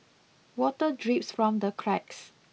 water drips from the cracks